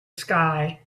sky